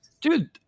Dude